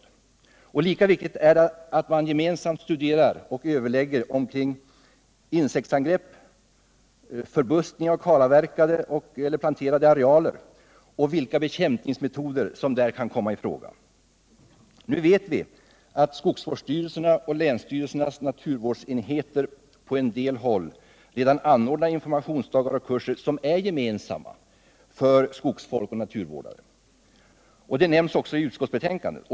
Lika viktigt är det att vid gemensamma studier och överläggningar komma fram till de bekämpningsmetoder som kan användas vid insektsangrepp eller förbuskning av kalavverkade och planterade arealer. Nu vet vi att skogsvårdsstyrelserna och länsstyrelsernas naturvårdsenheter på en del håll redan anordnar informationsdagar och kurser, gemensamma för skogsfolk och naturvårdare. Detta nämns också i utskottsbetänkandet.